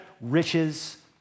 riches